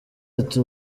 ati